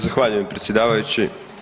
Zahvaljujem predsjedavajući.